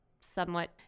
somewhat